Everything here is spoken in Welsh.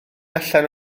allan